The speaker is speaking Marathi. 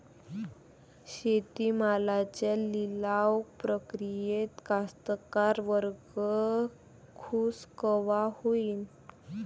शेती मालाच्या लिलाव प्रक्रियेत कास्तकार वर्ग खूष कवा होईन?